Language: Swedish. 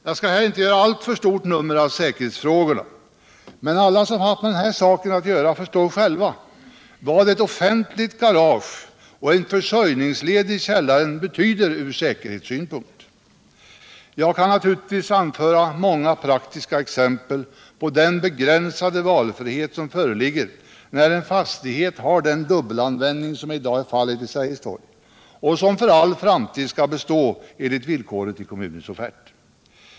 Jag skall här inte göra ett alltför stort nummer av säkerhetsfrågorna, men alla som haft med den här saken att göra förstår själva vad ett offentligt garage och en försörjningsled i källaren betyder från säkerhetssynpunkt. Jag kan naturligtvis anföra många praktiska exempel på den begränsade valfrihet som föreligger när en fastighet har den dubbelanvändning som i dag är fallet vid Sergels torg och som för all framtid skall bestå enligt villkoret i kommunens offert.